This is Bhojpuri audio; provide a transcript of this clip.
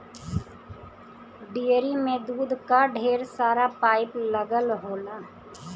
डेयरी में दूध क ढेर सारा पाइप लगल होला